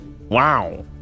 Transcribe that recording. Wow